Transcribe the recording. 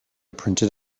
printed